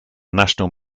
national